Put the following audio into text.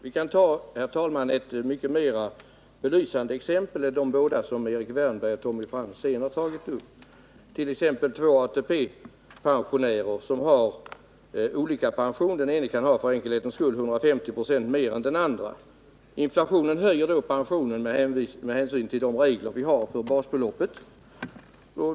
Herr talman! Vi kan ta ett mer belysande exempel än de båda som Erik Wärnberg och Tommy Franzén har tagit upp,t.ex. två ATP-pensionärer som har olika pensioner. Den ene kan för enkelhetens skull ha 150 26 av den andres. Inflationen höjer då med vissa enheter pensionen med hänsyn till de regler som vi har för basbeloppet.